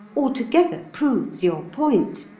altogether proves your point.